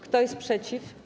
Kto jest przeciw?